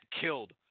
killed